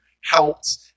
helped